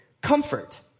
comfort